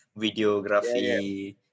videography